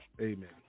Amen